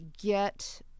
get